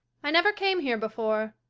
i never came here before.